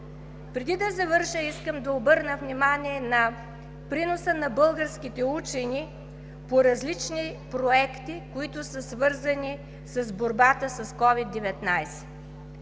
Преди да завърша, искам да обърна внимание на приноса на българските учени по различни проекти, които са свързани с борбата с COVID-19.